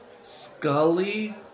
scully